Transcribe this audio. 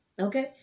Okay